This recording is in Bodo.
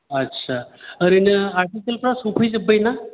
आदसा ओरैनो आरथिखोलफ्रा सफैजोबबाय ना